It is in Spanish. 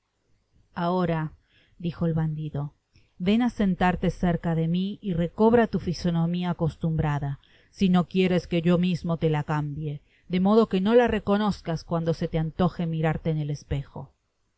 ahora dijo el bandido ven á sentarte cerca de mi y recobra tu fisonomia acostumbrada si no quieres que yo mismo te la cambie de modo que no la reconozcas cuando se te antoje mirarle en el espejo